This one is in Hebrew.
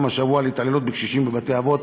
השבוע על התעללות בקשישים בבתי-אבות.